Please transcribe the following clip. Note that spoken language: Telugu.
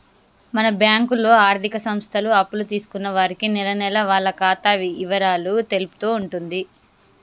మన బ్యాంకులో ఆర్థిక సంస్థలు అప్పులు తీసుకున్న వారికి నెలనెలా వాళ్ల ఖాతా ఇవరాలు తెలుపుతూ ఉంటుంది